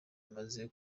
bamaze